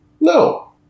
No